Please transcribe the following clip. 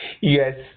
yes